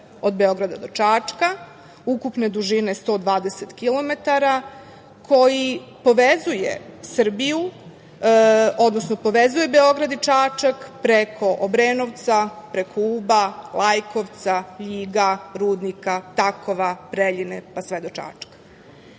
od Beograda do Čačka, ukupne dužine 120 kilometara koji povezuje Beograd i Čačak preko Obrenovca preko Uba, Lajkovca, Ljiga, Rudnika, Takova, Preljine, pa sve do Čačka. Srbija